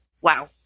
wow